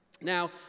Now